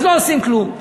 אז לא עושים כלום.